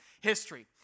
history